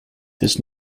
this